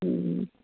ह्